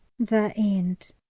the end.